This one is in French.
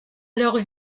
leurs